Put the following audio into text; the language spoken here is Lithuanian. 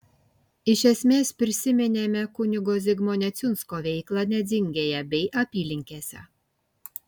iš esmės prisiminėme kunigo zigmo neciunsko veiklą nedzingėje bei apylinkėse